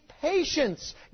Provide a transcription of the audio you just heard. patience